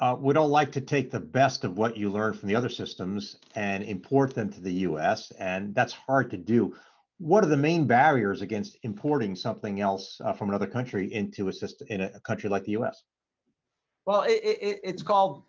ah we don't like to take the best of what you learn from the other systems and import them to the us and that's hard to do what are the main barriers against importing something else from another country into a system in a country like the us? well, it's called,